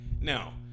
Now